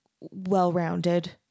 well-rounded